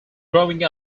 growing